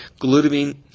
Glutamine